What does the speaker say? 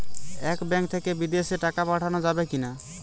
এই ব্যাঙ্ক থেকে বিদেশে টাকা পাঠানো যাবে কিনা?